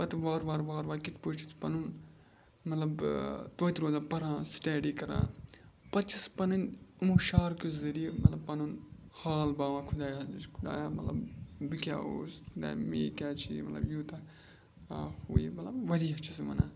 پَتہٕ وارٕ وارٕ وارٕ وارٕ کِتھ پٲٹھۍ چھُس سُہ پَنُن مطلب توتہِ روزان پَران سِٹیڈی کَران پَتہٕ چھَس پَنٕنۍ یِمو شعر کہ ذٔریعہٕ مطلب پَنُن حال باوان خۄدایَس نِش خۄدایا مطلب بہٕ کیاہ اوس خۄدایا میے کیٛازِ چھِ یہِ مطلب یوٗتاہ آ ہُہ یہِ مطلب واریاہ کیٚنہہ چھِ سُہ وَنان